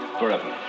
forever